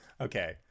Okay